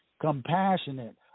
compassionate